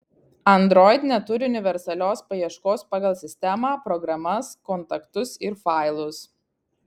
android neturi universalios paieškos pagal sistemą programas kontaktus ir failus